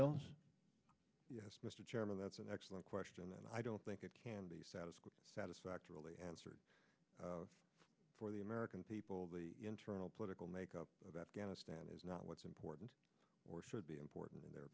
else yes mr chairman that's an excellent question and i don't think it can the status quo satisfactorily answered for the american people the internal political makeup of afghanistan is not what's important or should be important in their